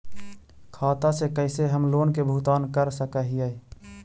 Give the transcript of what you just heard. खाता से कैसे हम लोन के भुगतान कर सक हिय?